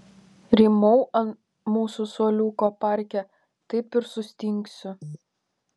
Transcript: rymau ant mūsų suoliuko parke taip ir sustingsiu